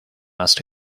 must